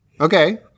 Okay